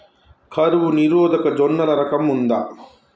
కరువు నిరోధక జొన్నల రకం ఉందా?